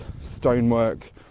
stonework